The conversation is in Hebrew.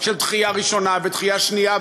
של דחייה ראשונה ודחייה שנייה,